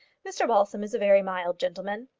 mr balsam is a very mild gentleman.